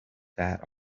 that